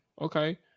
okay